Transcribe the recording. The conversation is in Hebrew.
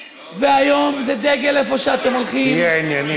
והיום זה דגל איפה שאתם הולכים, תהיה ענייני.